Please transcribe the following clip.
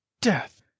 death